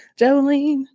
Jolene